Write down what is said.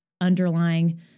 underlying